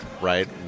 right